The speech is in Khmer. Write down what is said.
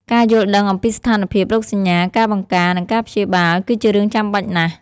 ការយល់ដឹងអំពីស្ថានភាព រោគសញ្ញា ការបង្ការ និងការព្យាបាល គឺជារឿងចាំបាច់ណាស់។